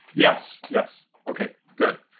yes, yes, okay, good.